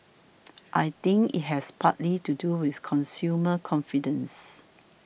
I think it has partly to do with consumer confidence